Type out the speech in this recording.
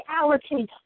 reality